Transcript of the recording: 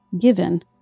given